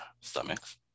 stomachs